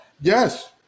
yes